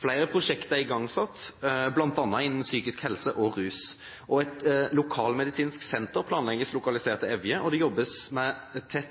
Flere prosjekter er igangsatt, bl.a. innen psykisk helse og rus. Et lokalmedisinsk senter planlegges lokalisert til Evje, og det jobbes med dette